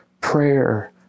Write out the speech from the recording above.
prayer